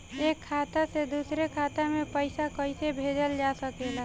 एक खाता से दूसरे खाता मे पइसा कईसे भेजल जा सकेला?